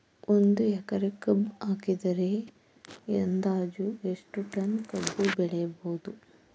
ಒಂದು ಎಕರೆ ಕಬ್ಬು ಹಾಕಿದರೆ ಅಂದಾಜು ಎಷ್ಟು ಟನ್ ಕಬ್ಬು ಬೆಳೆಯಬಹುದು?